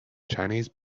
chinese